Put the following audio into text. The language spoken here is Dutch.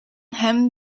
hem